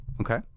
okay